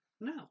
No